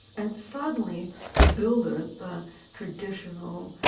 and suddenly the builder, the traditional,